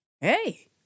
Hey